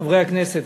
חברי הכנסת,